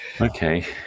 okay